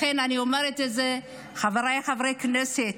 לכן אני אומרת את זה: חבריי חברי הכנסת,